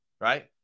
right